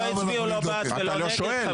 שלא הצביעו לא בעד ולא נגד,